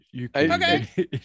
okay